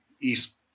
east